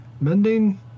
Mending